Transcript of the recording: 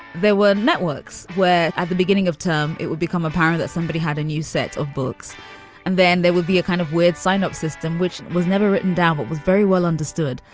there were networks where at the beginning of term it would become apparent that somebody had a new set of books and then there would be a kind of weird signup system which was never written down what was very well understood.